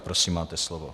Prosím, máte slovo.